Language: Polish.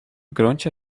gruncie